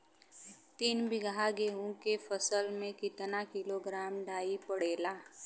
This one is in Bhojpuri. तीन बिघा गेहूँ के फसल मे कितना किलोग्राम डाई पड़ेला?